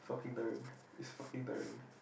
fucking tiring it's fucking tiring